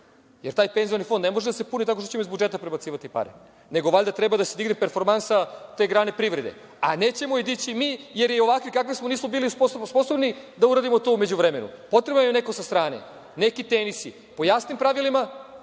taj penzioni fond ne može da se puni tako što ćemo iz budžeta prebacivati pare, nego valjda treba da se digne performansa te grane privrede, a nećemo je dići mi jer i ovakvi kakvi smo nismo bili sposobni da uradimo to u međuvremenu. Potreban je neko sa strane, neki „Tenisi“, po jasnim pravilima,